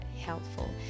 helpful